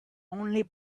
only